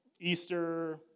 Easter